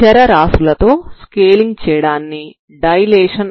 చరరాశులతో scaling చేయడాన్ని dilation అంటాము సరేనా